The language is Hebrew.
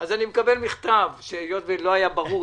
אז אני מקבל מכתב שהיות וזה לא היה ברור,